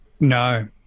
No